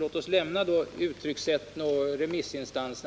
jag vi skall lämna frågan om uttryckssätten och remissinstanserna.